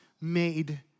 made